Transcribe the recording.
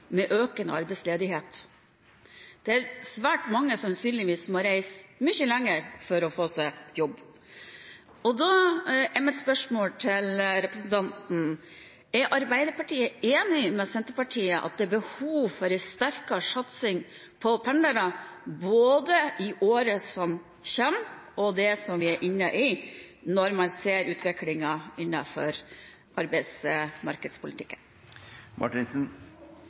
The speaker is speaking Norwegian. med økende arbeidsledighet. Det er sannsynligvis svært mange som har reist mye lengre for å få seg jobb. Mitt spørsmål til representanten blir da: Er Arbeiderpartiet enig med Senterpartiet i at det er behov for en sterkere satsing på pendlere både i året som kommer, og i året som vi er inne i, når man ser